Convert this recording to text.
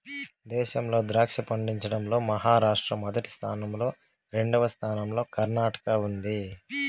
దేశంలో ద్రాక్ష పండించడం లో మహారాష్ట్ర మొదటి స్థానం లో, రెండవ స్థానం లో కర్ణాటక ఉంది